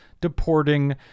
deporting